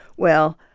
well,